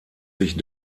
sich